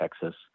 Texas